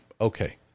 Okay